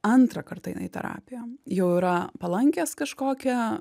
antrą kartą eina į terapiją jau yra palankęs kažkokią